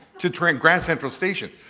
to train, grand central station.